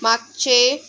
मागचे